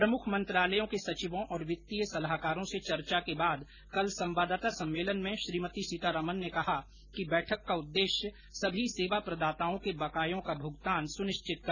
प्रमुख मंत्रालयों के सचिवों और वित्तीय सलाहकारों से चर्चा के बाद कल संवाददाता सम्मेलन में श्रीमती सीतारमन ने कहा कि बैठक का उद्देश्य सभी सेवा प्रदाताओं के बकायों का भुगतान सुनिश्चित करना है